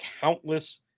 countless